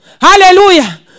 Hallelujah